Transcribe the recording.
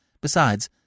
Besides